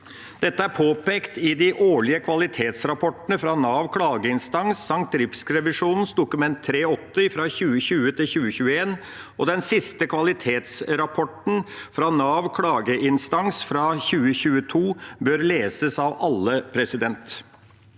Dette er påpekt i de årlige kvalitetsrapportene fra Nav klageinstans samt i Riksrevisjonens Dokument 3:8 for 2020–2021. Den siste kvalitetsrapporten fra Nav klageinstans fra 2022 bør leses av alle. Årsaken